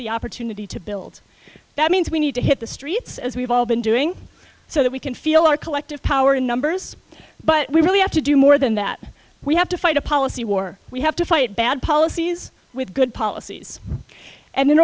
the opportunity to build that means we need to hit the streets as we've all been doing so that we can feel our collective power in numbers but we really have to do more than that we have to fight a policy war we have to fight bad policies with good policies and in